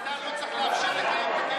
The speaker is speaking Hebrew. אתה לא צריך לאפשר לקיים את הכנס